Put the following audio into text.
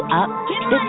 up